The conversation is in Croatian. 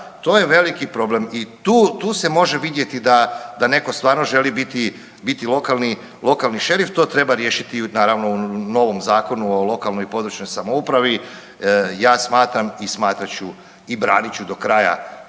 to je veliki problem i tu se može vidjeti da neko stvarno želi biti lokalni šerif to treba riješiti naravno u novom Zakonu o lokalnoj i područnoj samoupravi. Ja smatram i smatrat ću i branit ću do kraja